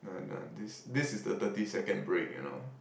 no no this this is the thirty second break you know